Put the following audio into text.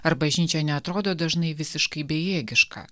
ar bažnyčia neatrodo dažnai visiškai bejėgiška